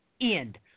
end